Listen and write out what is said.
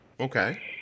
Okay